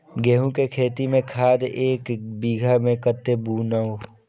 गेंहू के खेती में खाद ऐक बीघा में कते बुनब?